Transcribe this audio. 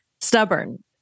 stubborn